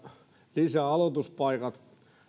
lisäaloituspaikat